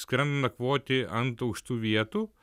skrenda nakvoti ant aukštų vietų